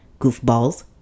goofballs